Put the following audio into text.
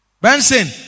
Benson